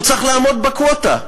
והוא צריך לעמוד בקווטה,